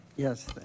Yes